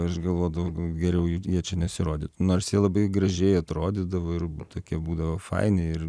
aš galvodavau geriau jų jie čia nesirodytų nors jie labai gražiai atrodydavo ir tokie būdavo faini ir